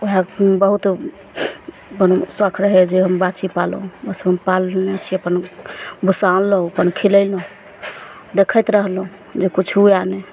एहए ठुन बहुत दिलमे सओख रहय जे बाछी पालब बस पालने छी अपन भुस्सा आनलहुँ अपन खिलेलहुँ देखैत रहलहुँ जे किछु हुअए नहि